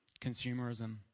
consumerism